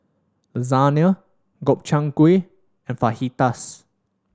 Lasagna Gobchang Gui and Fajitas